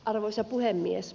arvoisa puhemies